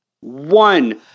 one